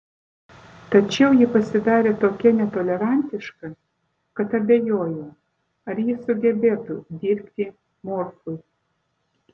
tačiau ji pasidarė tokia netolerantiška kad abejoju ar ji sugebėtų dirbti morfui